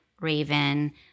raven